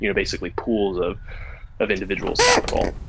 you know basically pools of of individual's capital.